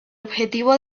objetivo